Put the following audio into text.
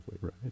right